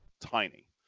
tiny